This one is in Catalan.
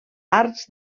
arcs